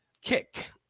kick